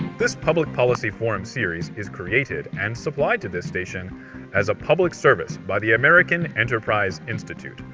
this public policy forum series is created and supplied to this station as a public service by the american enterprise institute,